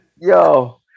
yo